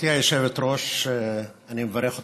גברתי היושבת-ראש, אני מברך אותך.